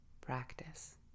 practice